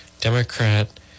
Democrat